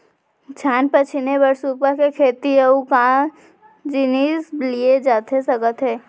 धान पछिने बर सुपा के सेती अऊ का जिनिस लिए जाथे सकत हे?